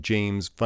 James